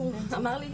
הוא אמר לי,